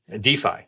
DeFi